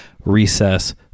recess